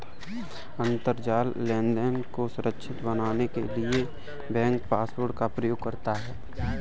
अंतरजाल लेनदेन को सुरक्षित बनाने के लिए बैंक पासवर्ड का प्रयोग करता है